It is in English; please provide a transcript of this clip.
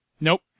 Nope